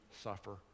suffer